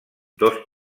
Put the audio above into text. dos